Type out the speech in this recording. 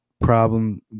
problem